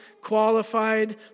qualified